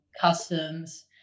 customs